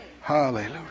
Hallelujah